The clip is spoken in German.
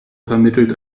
vermittelt